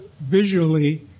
visually